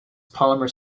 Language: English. polymer